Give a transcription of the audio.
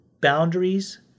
boundaries